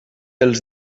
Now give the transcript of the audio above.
els